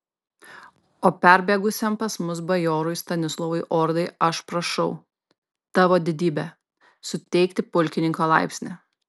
o perbėgusiam pas mus bajorui stanislovui ordai aš prašau tavo didybe suteikti pulkininko laipsnį